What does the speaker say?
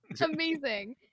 Amazing